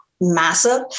massive